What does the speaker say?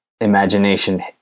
imagination